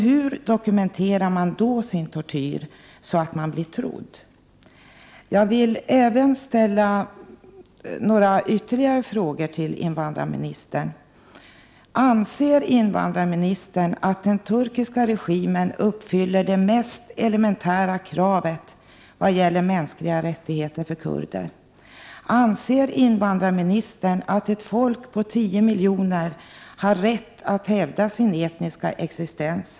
Hur dokumenterar man då sin tortyr så att man blir trodd? Jag vill även ställa några ytterligare frågor till invandrarministern. Anser invandrarministern att den turkiska regimen uppfyller det mest elementära kravet i vad gäller mänskliga rättigheter för kurder? Anser invandrarministern att ett folk på tio miljoner har rätt att hävda sin etniska existens?